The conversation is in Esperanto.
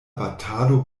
batalo